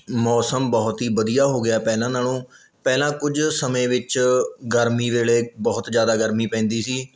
ਮੌਸਮ ਬਹੁਤ ਹੀ ਵਧੀਆ ਹੋ ਗਿਆ ਪਹਿਲਾਂ ਨਾਲੋਂ ਪਹਿਲਾਂ ਕੁਝ ਸਮੇਂ ਵਿੱਚ ਗਰਮੀ ਵੇਲੇ ਬਹੁਤ ਜ਼ਿਆਦਾ ਗਰਮੀ ਪੈਂਦੀ ਸੀ